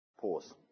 Pause